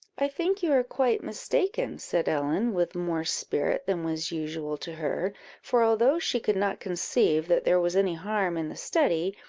i think you are quite mistaken, said ellen, with more spirit than was usual to her for, although she could not conceive that there was any harm in the study,